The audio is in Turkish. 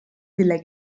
dile